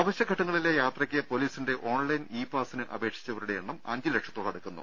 അവശ്യഘട്ടങ്ങളിലെ യാത്രയ്ക്ക് പോലീസിന്റെ online e പാസിന് അപേക്ഷിച്ചവരുടെ എണ്ണ അഞ്ച് ലക്ഷത്തോട് അടുക്കുന്നു